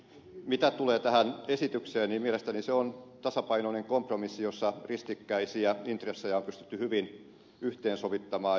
mitä tulee tähän esitykseen niin mielestäni se on tasapainoinen kompromissi jossa ristikkäisiä intressejä on pystytty hyvin yhteensovittamaan